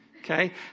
Okay